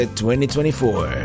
2024